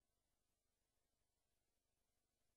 ראש